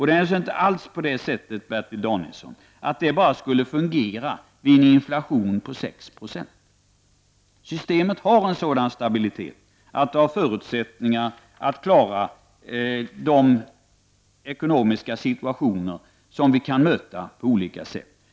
Det är naturligtvis inte så, Bertil Danielsson, att det systemet endast skulle fungera vid en inflation på 6 %. Systemet har en sådan stabilitet att det har förutsättningar att klara de ekonomiska situationer som vi kan möta på olika sätt.